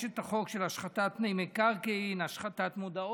יש חוק של השחתת פני מקרקעין, השחתת מודעות.